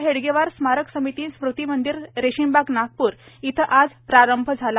हेडगेवार स्मारक समिती स्मृती मंदिर रेशीमबाग नागपूर येथे आज प्रारंभ झाला